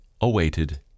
awaited